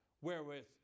wherewith